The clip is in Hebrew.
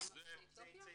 יש ביניהם יוצאי אתיופיה?